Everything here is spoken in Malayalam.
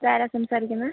ഇതാരാണ് സംസാരിക്കുന്നത്